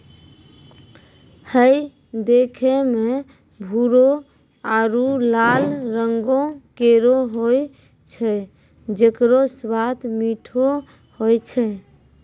हय देखै म भूरो आरु लाल रंगों केरो होय छै जेकरो स्वाद मीठो होय छै